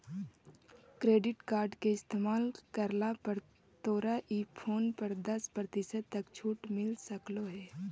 credit card के इस्तेमाल करला पर तोरा ई फोन पर दस प्रतिशत तक छूट मिल सकलों हे